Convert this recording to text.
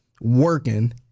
working